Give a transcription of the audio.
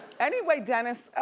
anyway dennis,